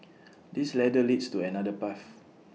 this ladder leads to another path